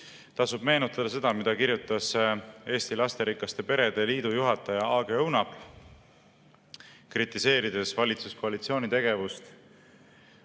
Tasub meenutada seda, mida kirjutas Eesti Lasterikaste Perede Liidu [president] Aage Õunap, kritiseerides valitsuskoalitsiooni tegevust